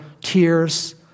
tears